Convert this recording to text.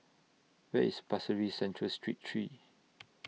Where IS Pasir Ris Central Street three